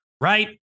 Right